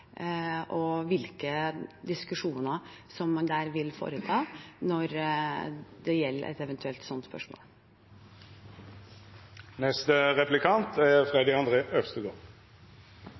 og hvilke diskusjoner som man der vil foreta, når det gjelder et slikt eventuelt spørsmål.